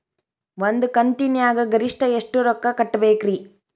ಒಂದ್ ಕಂತಿನ್ಯಾಗ ಗರಿಷ್ಠ ಎಷ್ಟ ರೊಕ್ಕ ಕಟ್ಟಬೇಕ್ರಿ?